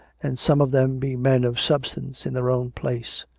and some of them be men of substance in their own place.